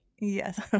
Yes